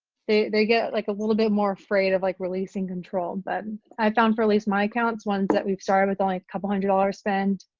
they they get like a little bit more afraid of like releasing control but and i found for at least my accounts, ones that we've started with only a couple hundred dollars spend,